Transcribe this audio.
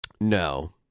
No